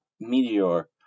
meteor